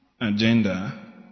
agenda